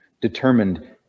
determined